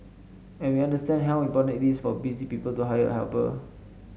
and we understand how important it is for busy people to hire a helper